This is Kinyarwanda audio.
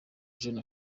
jeune